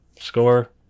score